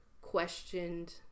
questioned